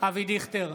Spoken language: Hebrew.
אבי דיכטר,